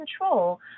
control